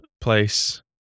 place